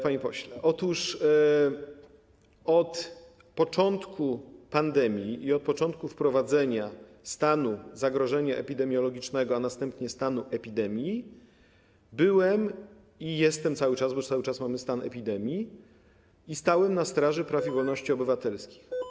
Panie pośle, otóż od początku pandemii i od początku wprowadzenia stanu zagrożenia epidemiologicznego, a następnie stanu epidemii, byłem - jestem cały czas, bo cały czas mamy stan epidemii - i stałem na straży praw i wolności obywatelskich.